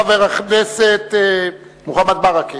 חבר הכנסת מוחמד ברכה.